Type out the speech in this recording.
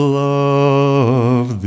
love